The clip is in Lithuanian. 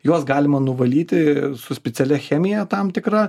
juos galima nuvalyti su specialia chemija tam tikra